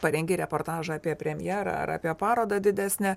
parengi reportažą apie premjerą ar apie parodą didesnę